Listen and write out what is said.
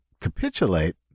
capitulate